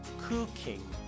Cooking